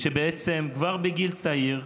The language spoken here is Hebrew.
שזה כבר בגיל צעיר.